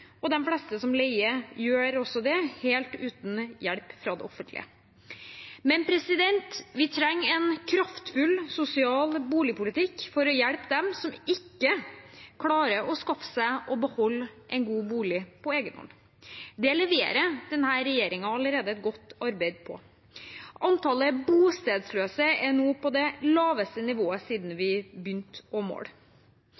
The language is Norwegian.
hjelpe dem som ikke klarer å skaffe og beholde en god bolig på egen hånd. Her leverer denne regjeringen allerede godt arbeid. Antallet bostedsløse er nå på det laveste nivået siden